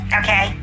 okay